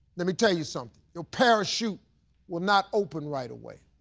let me tell you something, your parachute will not open right away.